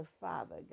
Father